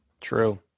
true